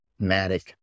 Matic